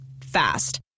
Fast